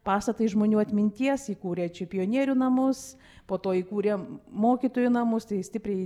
pastatą iš žmonių atminties įkūrė čia pionierių namus po to įkūrė mokytojų namus tai stipriai